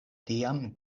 tiam